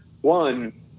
one